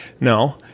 No